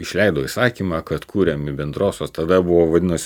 išleido įsakymą kad kuriami bendrosios tada buvo vadinosi